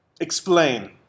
Explain